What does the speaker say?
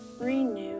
renew